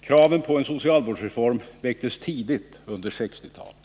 Kraven på en socialvårdsreform väcktes tidigt under 1960-talet.